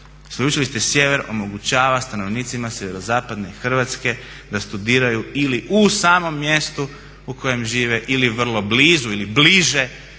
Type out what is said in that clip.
Sveučilište Sjever omogućava stanovnicima sjeverozapadne Hrvatske da studiraju ili u samom mjestu u kojem žive ili vrlo blizu ili bliže